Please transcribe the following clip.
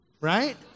right